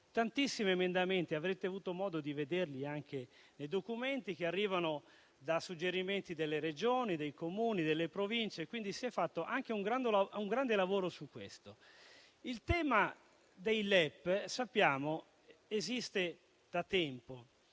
tantissimi emendamenti; avrete avuto modo di vederli anche nei documenti che arrivano da suggerimenti delle Regioni, dei Comuni, delle Province. Quindi si è fatto anche un grande lavoro su questo aspetto. Il tema dei LEP sappiamo che esiste da tempo,